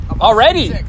already